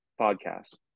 podcast